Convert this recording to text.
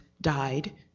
died